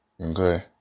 Okay